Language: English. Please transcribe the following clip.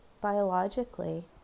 biologically